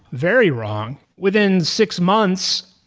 very wrong. within six months,